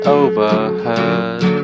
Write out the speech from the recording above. overheard